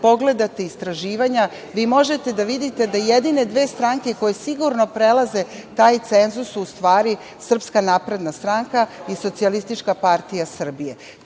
pogledate istraživanja vi možete da vidite da jedine dve stranke koje sigurno prelaze taj cenzus su u stvari Srpska napredna stranka i Socijalistička partija Srbije.